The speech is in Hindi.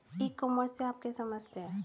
ई कॉमर्स से आप क्या समझते हैं?